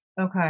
Okay